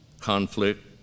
conflict